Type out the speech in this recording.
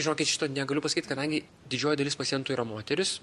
žinokit šito negaliu pasakyt kadangi didžioji dalis pacientų yra moterys